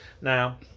Now